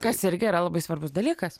kas irgi yra labai svarbus dalykas